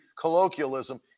colloquialism